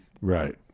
Right